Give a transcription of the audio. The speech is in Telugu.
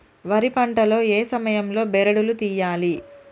వరి పంట లో ఏ సమయం లో బెరడు లు తియ్యాలి?